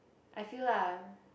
I feel lah